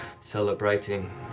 celebrating